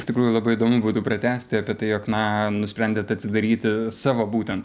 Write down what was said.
iš tikrųjų labai įdomu būtų pratęsti apie tai jog na nusprendėt atsidaryti savo būtent